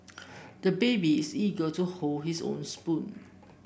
the baby is eager to hold his own spoon